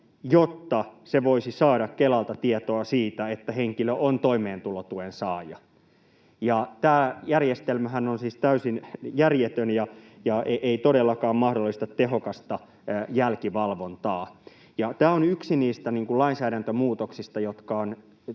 jotta se voisi saada Kelalta tietoa siitä, että henkilö on toimeentulotuen saaja. Tämä järjestelmähän on siis täysin järjetön ja ei todellakaan mahdollista tehokasta jälkivalvontaa. Tämä on yksi niistä lainsäädäntömuutoksista, jotka